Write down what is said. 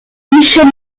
michel